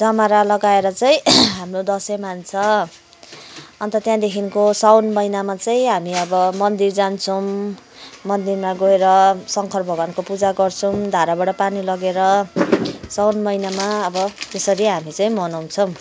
जमरा लगाएर चाहिँ हाम्रो दसैँ मान्छ अन्त त्यहाँदेखिको साउन महिनामा चाहिँ हामी अब मन्दिर जान्छौँ मन्दिरमा गएर शङ्खर भगवानको पुजा गर्छौँ धाराबाट पानी लगेर साउन महिनामा अब त्यसरी हामी चाहिँ मनाउँछौँ